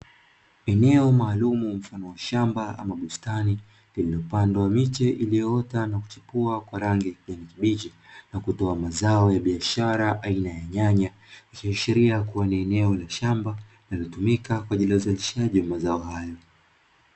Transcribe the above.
Eneo maalumi mfano wa shamba ama bustani lililopandwa miche ilioota na kuchipua kwa rangi ya kijani kibichi na kutoa mazao ya biashara aina ya nyanya, ikiashiria kuwa ni eneo la shamba linalotumika kwa ajili ya uzalishaji wa mazao hayo.